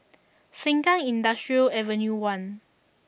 Sengkang Industrial Avenue one